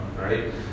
right